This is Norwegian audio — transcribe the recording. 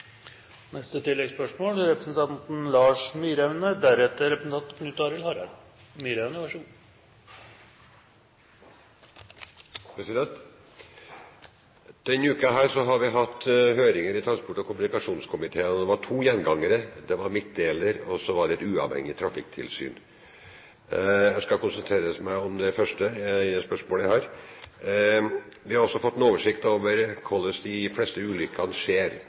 Denne uken har vi hatt høringer i transport- og kommunikasjonskomiteen, og det var to gjengangere: Det var midtdeler, og så var det et uavhengig trafikktilsyn. Jeg skal konsentrere meg om det første i det spørsmålet jeg har. Vi har også fått en oversikt over hvorledes de fleste ulykkene skjer.